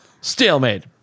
stalemate